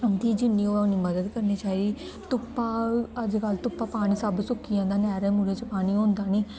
उं'दी जि'न्नी होवै उ'न्नी मदद करनी चाहिदी धुप्पा अजकल्ल धुप्प पानी सब्भ सुक्की जंदा नैह्रें मूह्रें च पानी होंदा निं